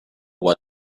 what